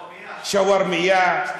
שווארמייה.